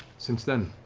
since then,